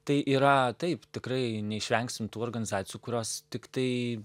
tai yra taip tikrai neišvengsim tų organizacijų kurios tiktai